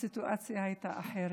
הסיטואציה הייתה אחרת.